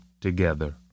together